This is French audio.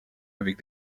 avec